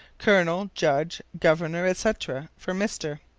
colonel, judge, governor, etc, for mister.